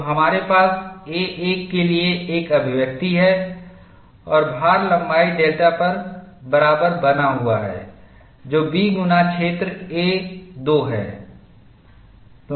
तो हमारे पास A 1 के लिए एक अभिव्यक्ति है और भार लंबाई डेल्टा पर बराबर बना हुआ है जो B गुना क्षेत्र A 2 है